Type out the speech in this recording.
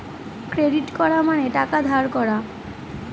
credit করা মানে টাকা ধার করা